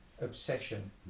obsession